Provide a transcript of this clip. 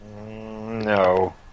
No